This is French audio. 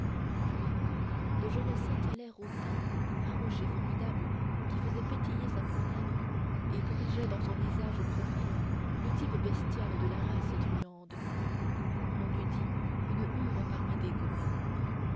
puis de je ne sais quel air hautain farouche et formidable qui faisait pétiller sa prunelle et corrigeait dans son sauvage profil le type bestial de la race truande on eût dit une hure parmi des groins